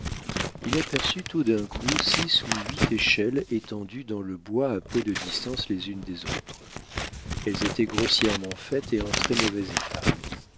il aperçut tout d'un coup six ou huit échelles étendues dans le bois à peu de distance les unes des autres elles étaient grossièrement faites et en très mauvais état